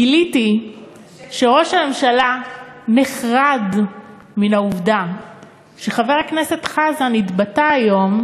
גיליתי שראש הממשלה נחרד מן העובדה שחבר הכנסת חזן התבטא היום,